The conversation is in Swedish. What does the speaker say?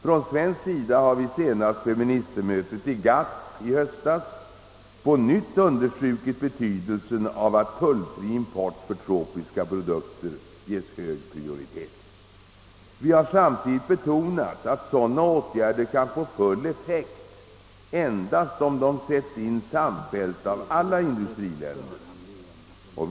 Från svensk sida har vi, senast vid ministermötet i GATT i höstas, på nytt understrukit betydelsen av att tullfri import för tropiska produkter ges hög prioritet. Vi har samtidigt betonat att sådana åtgärder kan få full effekt endast om de sätts in samfällt av alla industriländer.